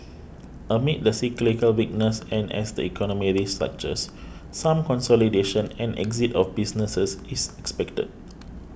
amid the cyclical weakness and as the economy restructures some consolidation and exit of businesses is expected